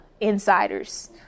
insiders